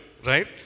right